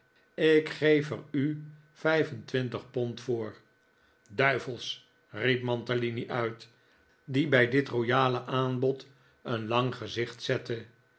ik geef er u vijf en twintig pond voor duiv els riep mantalini uit die bij dit royale aanbod een lang gezicht zette